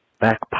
back